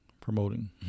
promoting